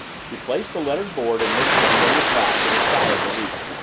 she placed the lettered board in miss cornelia's lap with a sigh of relief.